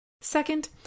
Second